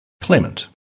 Clement